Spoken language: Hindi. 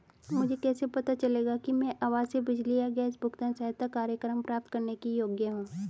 मुझे कैसे पता चलेगा कि मैं आवासीय बिजली या गैस भुगतान सहायता कार्यक्रम प्राप्त करने के योग्य हूँ?